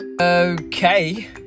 Okay